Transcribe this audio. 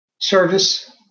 service